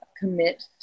commit